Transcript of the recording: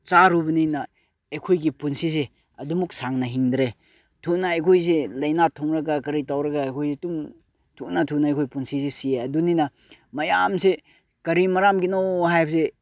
ꯆꯥꯔꯨꯕꯅꯤꯅ ꯑꯩꯈꯣꯏꯒꯤ ꯄꯨꯟꯁꯤꯁꯦ ꯑꯗꯨꯃꯛ ꯁꯥꯡꯅ ꯍꯤꯡꯗ꯭ꯔꯦ ꯊꯨꯅ ꯑꯩꯈꯣꯏꯁꯦ ꯂꯥꯏꯅꯥ ꯊꯨꯡꯂꯒ ꯀꯔꯤ ꯇꯧꯔꯒ ꯑꯩꯈꯣꯏꯁꯦ ꯑꯗꯨꯝ ꯊꯨꯅ ꯊꯨꯅ ꯑꯩꯈꯣꯏꯒꯤ ꯄꯨꯟꯁꯤꯁꯦ ꯁꯤꯌꯦ ꯑꯗꯨꯅꯤꯅ ꯃꯌꯥꯝꯁꯦ ꯀꯔꯤ ꯃꯔꯝꯒꯤꯅꯣ ꯍꯥꯏꯕꯁꯦ